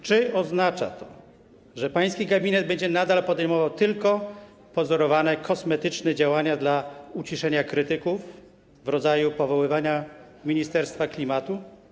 Czy oznacza to, że pański gabinet będzie nadal podejmował tylko pozorowane, kosmetyczne działania dla uciszenia krytyków, w rodzaju powoływania Ministerstwa Klimatu?